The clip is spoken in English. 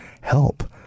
help